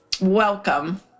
Welcome